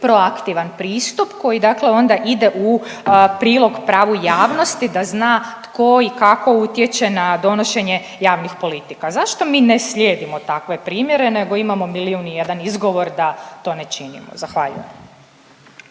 proaktivan pristup koji dakle onda ide u prilog pravu javnosti, da zna tko i kako utječe na donošenje javnih politika. Zašto mi ne slijedimo takve primjere nego imamo milijun i jedan izgovor da to ne činimo? Zahvaljujem.